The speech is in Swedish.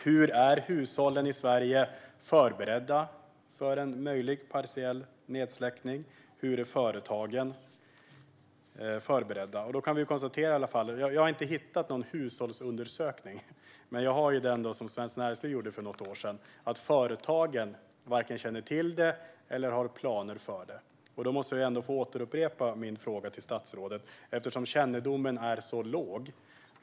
Hur är hushållen i Sverige förberedda för en möjlig partiell nedsläckning? Hur är företagen förberedda? Jag har inte hittat någon hushållsundersökning. Men jag har den som Svenskt Näringsliv gjorde för något år sedan. Då kan vi i alla fall konstatera att företagen varken känner till detta eller har planer för det. Eftersom kännedomen är så låg måste jag upprepa min fråga till statsrådet.